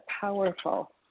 powerful